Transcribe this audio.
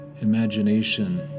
imagination